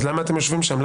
אז למה אתם יושבים שם?